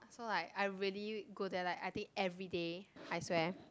so like I really go there like I think everyday I swear